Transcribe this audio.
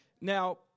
Now